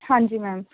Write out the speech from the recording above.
ਹਾਂਜੀ ਮੈਮ